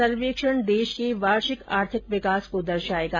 सर्वेक्षण देश के वार्षिक आर्थिक विकास को दर्शाएगा